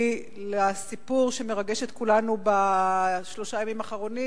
לסיפור שמרגש את כולנו בשלושה הימים האחרונים,